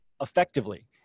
effectively